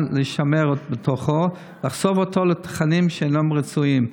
לשמר בתוכו ולחשוף אותו לתכנים שאינם רצויים.